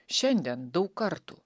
šiandien daug kartų